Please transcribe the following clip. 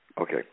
okay